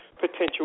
potential